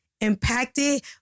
impacted